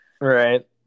right